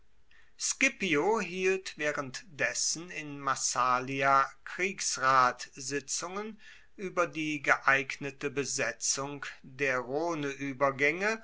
scipio hielt waehrenddessen in massalia kriegsratsitzungen ueber die geeignete besetzung der rhneuebergaenge